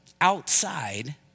outside